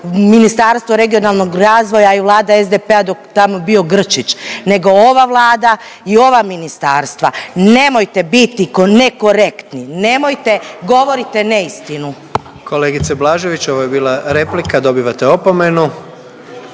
Ministarstvo regionalnog razvoja i vlada SDP-a dok je tamo bio Grčić nego ova Vlada i ova ministarstva. Nemojte biti ko nekorektni, nemojte govorite neistinu. **Jandroković, Gordan (HDZ)** Kolegice Blažević ovo je bila replika dobivate opomenu.